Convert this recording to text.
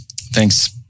Thanks